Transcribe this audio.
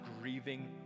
grieving